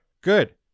good